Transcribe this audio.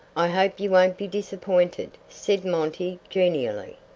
i hope you won't be disappointed, said monty, genially.